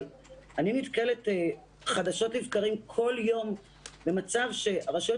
אבל אני נתקלת חדשות לבקרים כל יום למצב שהרשויות